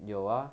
有 ah